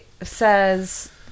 says